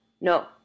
No